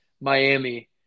Miami